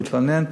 הוא התלונן,